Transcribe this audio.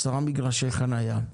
בעשרה מגרשי חניה.